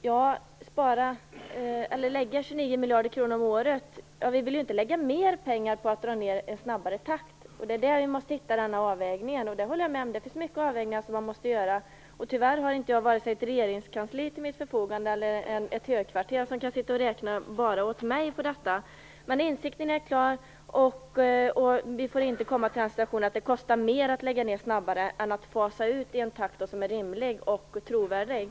Herr talman! Vad gäller de 29 miljarderna per år vill vi inte lägga ut mer pengar för att dra ned på en snabbare takt. Man måste därvidlag hitta en avvägning. Jag håller med om att det är många avvägningar som måste göras. Tyvärr har jag inte till mitt förfogande vare sig ett regeringskansli eller ett högkvarter som kan göra beräkningar bara åt mig om detta. Men insikten är klar: Vi får inte komma i den situationen att det kostar mer att lägga ned snabbare än att fasa ut i en takt som är rimlig och trovärdig.